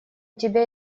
тебя